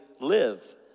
live